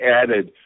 added